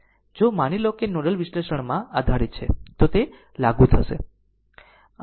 જો માની લો કે તે નોડલ વિશ્લેષણમાં આધારીત છે તો તે લાગુ થશે